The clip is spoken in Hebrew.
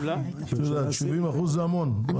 70% זה המון.